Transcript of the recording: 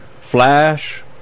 Flash